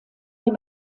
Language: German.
der